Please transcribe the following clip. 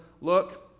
look